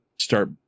Start